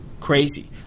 Crazy